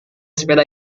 sepeda